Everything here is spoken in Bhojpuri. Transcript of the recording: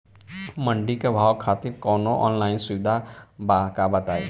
मंडी के भाव खातिर कवनो ऑनलाइन सुविधा बा का बताई?